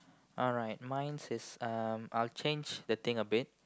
alright mine is um I'll change the thing a bit